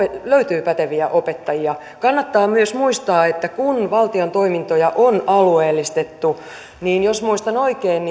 löytyy päteviä opettajia kannattaa myös muistaa että kun valtion toimintoja on alueellistettu niin jos muistan oikein